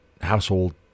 household